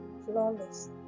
flawless